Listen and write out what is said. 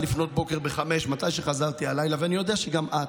תחזור בך מהמילה "תרנגולות".